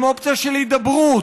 אם האופציה של הידברות,